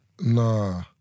Nah